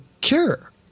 cure